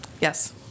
Yes